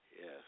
Yes